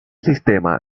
sistema